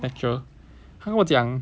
他跟我讲